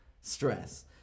stress